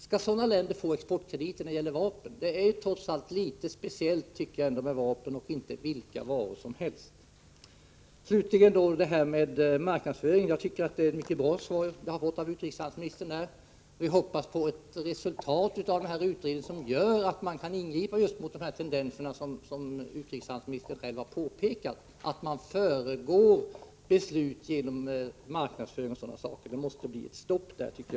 Skall sådana länder få exportkrediter när det gäller vapen? Det är ändå litet speciellt med vapen. Det är inte vilka varor som helst. Slutligen skall jag beröra frågan om marknadsföring. Det är ett mycket bra svar som jag har fått av utrikeshandelsministern, och jag hoppas att det blir ett sådant resultat av utredningen att man kan ingripa mot det som statsrådet själv har påpekat — tendenserna hos företagen att föregå beslut genom marknadsföring och liknande. Det måste bli ett stopp därvidlag.